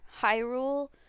Hyrule